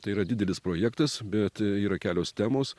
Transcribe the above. tai yra didelis projektas bet yra kelios temos